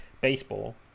baseball